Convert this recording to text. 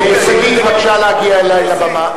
שגית, בבקשה להגיע אלי לבמה.